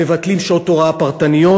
מבטלים שעות הוראה פרטניות,